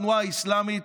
התנועה האסלאמית,